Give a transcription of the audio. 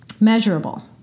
Measurable